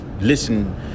listen